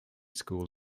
school